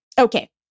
Okay